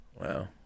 Wow